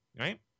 Right